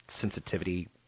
sensitivity